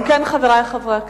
אם כן, חברי חברי הכנסת,